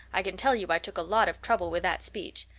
i can tell you i took a lot of trouble with that speech.